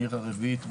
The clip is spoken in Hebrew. העיר הרביעית בגודלה,